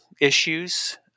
issues